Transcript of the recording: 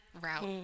route